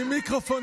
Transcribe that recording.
בטח שכן,